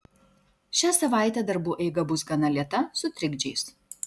šią savaitę darbų eiga bus gana lėta su trikdžiais